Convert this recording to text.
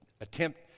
attempt